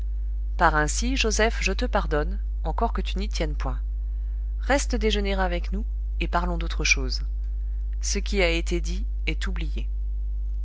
par ainsi joseph je te pardonne encore que tu n'y tiennes point reste déjeuner avec nous et parlons d'autre chose ce qui a été dit est oublié